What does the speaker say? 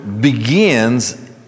begins